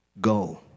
Go